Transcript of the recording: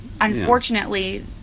Unfortunately